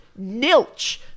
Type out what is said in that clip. Nilch